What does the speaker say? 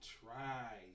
try